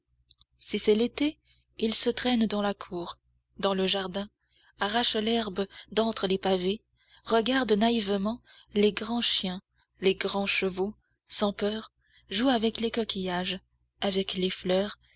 si c'est l'été il se traîne dans la cour dans le jardin arrache l'herbe d'entre les pavés regarde naïvement les grands chiens les grands chevaux sans peur joue avec les coquillages avec les fleurs